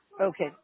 okay